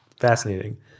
fascinating